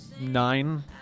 nine